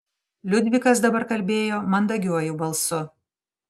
liudvikas dabar kalbėjo mandagiuoju balsu